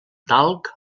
talc